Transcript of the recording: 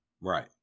Right